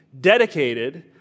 dedicated